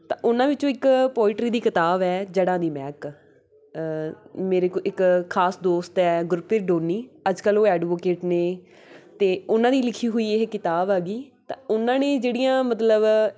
ਤਾਂ ਉਹਨਾਂ ਵਿੱਚੋਂ ਇੱਕ ਪੋਏਟਰੀ ਦੀ ਕਿਤਾਬ ਹੈ ਜੜ੍ਹਾਂ ਦੀ ਮਹਿਕ ਮੇਰੇ ਕੋਲ ਇੱਕ ਖਾਸ ਦੋਸਤ ਹੈ ਗੁਰਪ੍ਰੀਤ ਡੋਨੀ ਅੱਜ ਕੱਲ੍ਹ ਉਹ ਐਡਵੋਕੇਟ ਨੇ ਅਤੇ ਉਹਨਾਂ ਦੀ ਲਿਖੀ ਹੋਈ ਇਹ ਕਿਤਾਬ ਹੈਗੀ ਤਾਂ ਉਹਨਾਂ ਨੇ ਜਿਹੜੀਆਂ ਮਤਲਬ